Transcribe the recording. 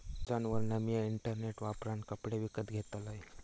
अॅमेझॉनवरना मिया इंटरनेट वापरान कपडे विकत घेतलंय